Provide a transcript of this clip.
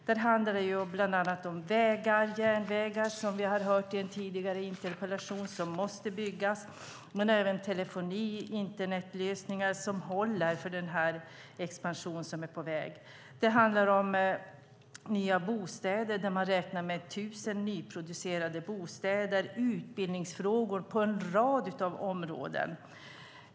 Det handlar bland annat om vägar och järnvägar, vilket vi har hört om i en tidigare interpellationsdebatt, som måste byggas, men om även telefoni och internetlösningar som håller för den här expansionen som är på väg. Det handlar om nya bostäder - man räknar med tusen nyproducerade bostäder - och det handlar om utbildningsfrågor på en rad områden.